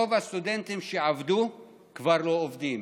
רוב הסטודנטים שעבדו כבר לא עובדים.